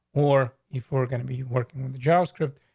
or if we're gonna be working the jobs, kind of